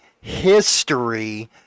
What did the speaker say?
history